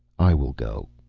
i will go,